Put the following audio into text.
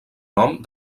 nom